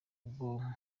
bwonko